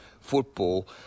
football